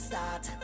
Start